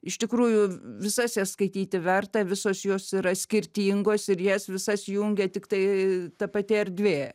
iš tikrųjų visas jas skaityti verta visos jos yra skirtingos ir jas visas jungia tiktai ta pati erdvė